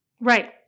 Right